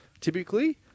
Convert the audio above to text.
typically